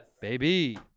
Baby